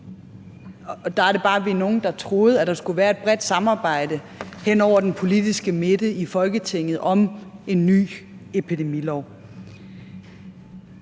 om. Der var vi bare nogle, der troede, at der skulle være et bredt samarbejde hen over den politiske midte i Folketinget om en ny epidemilov.